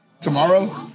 Tomorrow